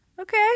Okay